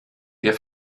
der